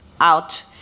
out